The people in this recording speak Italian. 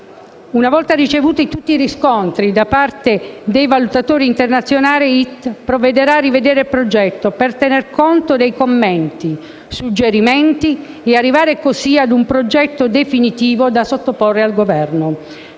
Una volta ricevuti tutti i riscontri da parte dei valutatori internazionali, IIT provvederà a rivedere il progetto, per tenere conto dei commenti-suggerimenti e arrivare così ad un progetto definitivo da sottoporre al Governo.